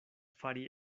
fari